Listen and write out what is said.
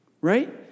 Right